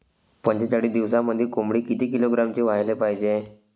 पंचेचाळीस दिवसामंदी कोंबडी किती किलोग्रॅमची व्हायले पाहीजे?